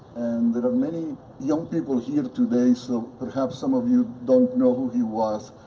there are many young people here today, so perhaps some of you don't know who he was,